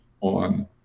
on